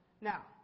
Now